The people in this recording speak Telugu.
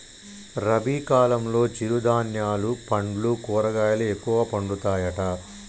రబీ కాలంలో చిరు ధాన్యాలు పండ్లు కూరగాయలు ఎక్కువ పండుతాయట